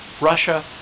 Russia